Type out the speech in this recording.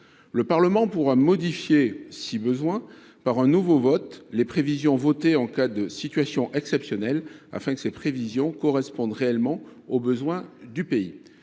le Parlement pourra modifier par un nouveau vote les prévisions en cas de situation exceptionnelle, afin que les chiffres correspondent réellement aux besoins du pays.